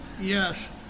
Yes